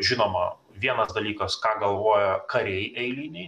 žinoma vienas dalykas ką galvoja kariai eiliniai